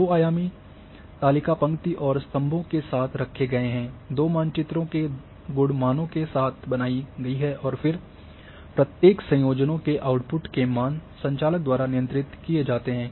दो आयामी तालिका पंक्ति और स्तंभों के साथ रखे गए दो मानचित्रों के गुण मानों के साथ बनाई गई है और फिर प्रत्येक संयोजनों के आउटपुट के मान संचालक द्वारा नियंत्रित किए जाते हैं